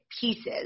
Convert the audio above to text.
pieces